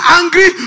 angry